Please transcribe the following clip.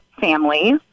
families